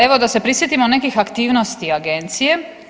Evo, da se prisjetimo nekih aktivnosti agencije.